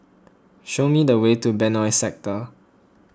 show me the way to Benoi Sector